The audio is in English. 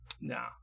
Nah